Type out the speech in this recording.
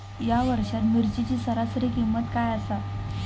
या वर्षात मिरचीची सरासरी किंमत काय आसा?